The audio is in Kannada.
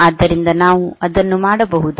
ಆದ್ದರಿಂದ ನಾವು ಅದನ್ನು ಮಾಡಬಹುದು